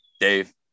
Dave